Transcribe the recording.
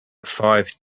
five